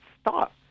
stop